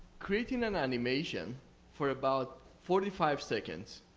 creating an animation for about forty five seconds,